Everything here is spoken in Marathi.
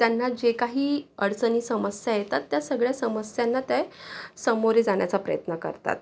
त्यांना जे काही अडचणी समस्या येतात त्या सगळ्या समस्यांना ते सामोरे जाण्याचा प्रयत्न करतात